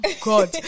God